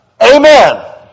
Amen